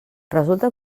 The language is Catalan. resulta